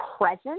present